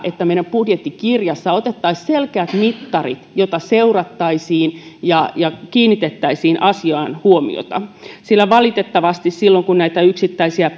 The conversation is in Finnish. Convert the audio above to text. että meidän budjettikirjaan otettaisiin selkeät mittarit joita seurattaisiin ja ja kiinnitettäisiin asiaan huomiota sillä valitettavasti silloin kun näitä yksittäisiä